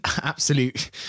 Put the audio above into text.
absolute